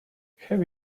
have